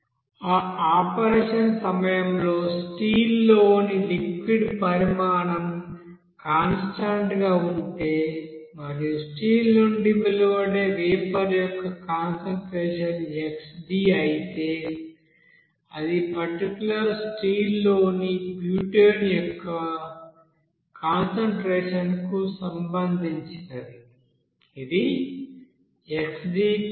ఆ ఆపరేషన్ సమయంలో స్టీల్ లోని లిక్విడ్ పరిమాణం కాన్స్టాంట్ గా ఉంటే మరియు స్టీల్ నుండి వెలువడే వేపర్ యొక్క కాన్సంట్రేషన్ xD అయితే అది పర్టిక్యూలర్ స్టీల్ లోని బ్యూటేన్ యొక్క కాన్సంట్రేషన్ కు సంబంధించినది